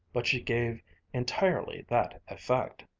but she gave entirely that effect.